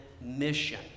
mission